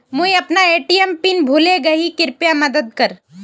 मुई अपना ATM PIN भूले गही कृप्या मदद कर